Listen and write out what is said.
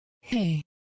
Hey